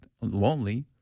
lonely